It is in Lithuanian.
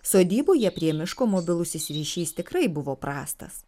sodyboje prie miško mobilusis ryšys tikrai buvo prastas